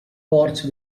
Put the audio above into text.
porch